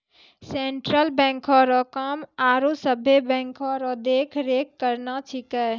central बैंको रो काम आरो सभे बैंको रो देख रेख करना छिकै